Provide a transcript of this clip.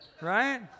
Right